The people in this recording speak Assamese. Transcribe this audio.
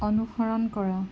অনুসৰণ কৰা